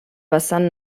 vessant